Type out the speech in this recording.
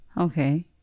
Okay